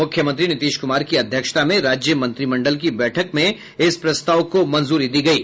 मुख्यमंत्री नीतीश कुमार की अध्यक्षता में राज्य मंत्रिमंडल की बैठक में इस प्रस्ताव को मंजूरी दी गयी